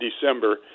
December